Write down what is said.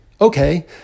Okay